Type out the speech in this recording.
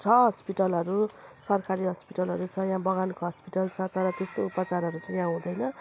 छ हस्पिटलहरू सरकारी हस्पिटलहरू छ यहाँ बगानको हस्पिटल छ तर त्यस्तो उपचारहरू चाहिँ यहाँ हुँदैन